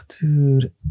Dude